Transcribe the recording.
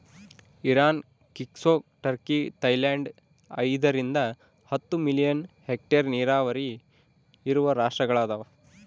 Iran ಕ್ಸಿಕೊ Turkey Thailand ಐದರಿಂದ ಹತ್ತು ಮಿಲಿಯನ್ ಹೆಕ್ಟೇರ್ ನೀರಾವರಿ ಇರುವ ರಾಷ್ಟ್ರಗಳದವ